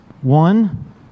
one